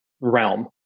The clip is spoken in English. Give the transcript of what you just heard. realm